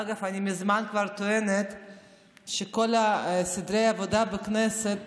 אגב, אני כבר מזמן טוענת שכל סדרי העבודה בכנסת